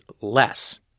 less